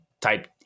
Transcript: type